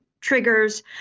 triggers